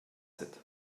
sept